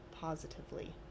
positively